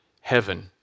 heaven